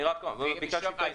אני רק ביקשתי --- יבגני סובה,